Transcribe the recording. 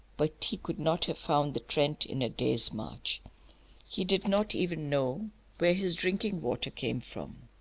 but he could not have found the trent in a day's march he did not even know where his drinking-water came from.